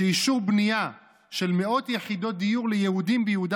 שאישור בנייה של מאות יחידות דיור ליהודים ביהודה